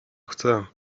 chcę